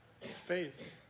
Faith